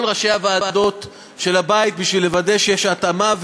ראשי הוועדות של הבית כדי לוודא שיש התאמה,